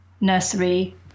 nursery